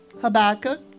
Habakkuk